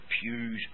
pews